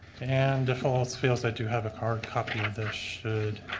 and if all else fails that you have a hard copy of their should.